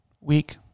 week